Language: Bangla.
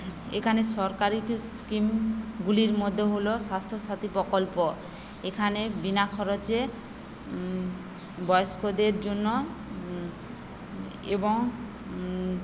এখানে সরকারি স্কিমগুলির মধ্যে হল স্বাস্থ্য সাথী প্রকল্প এখানে বিনা খরচে বয়স্কদের জন্য এবং